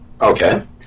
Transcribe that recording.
Okay